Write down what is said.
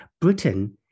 Britain